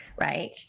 right